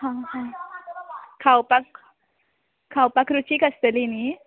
हां हां खावपाक खावपाक रुचीक आसतली न्हय